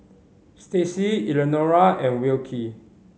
Stacie Elenora and Wilkie